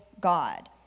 God